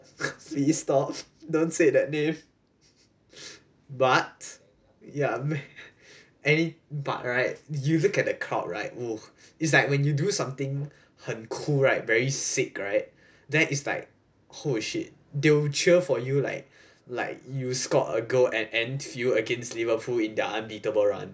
please stop don't say that name but ya any~ but right you look at the crowd right !woo! is like when you do something 很 cool right very sick right then is like oh shit they will cheer for you like like you scored a goal and end few against liverpool in the unbeatable run